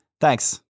Thanks